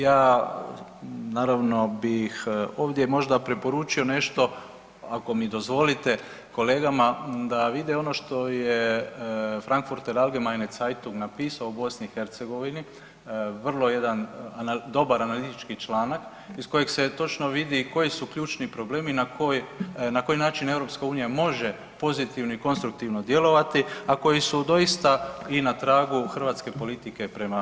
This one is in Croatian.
Ja naravno bih ovdje možda preporučio nešto ako mi dozvolite, kolegama da vide ono što je Frankfurter Allgemeine Zeitung napisao o BiH, vrlo jedan dobar analitički članak iz kojeg se točno vidi koji su ključni problemi na koji način EU može pozitivno i konstruktivno djelovati, a koji su doista i na tragu hrvatske politike prema BiH.